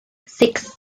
six